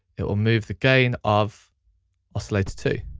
it will move the gain of oscillator two.